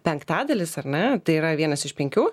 penktadalis ar ne tai yra vienas iš penkių